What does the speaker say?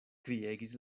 kriegis